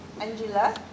Angela